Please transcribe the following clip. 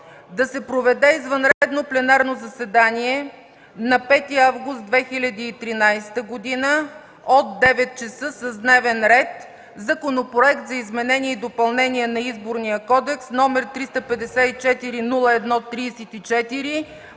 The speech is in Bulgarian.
Да се проведе извънредно пленарно заседание на 5 август 2013 г. от 9,00 часа с дневен ред: Законопроект за изменение и допълнение на Изборния кодекс, № 354-01-34,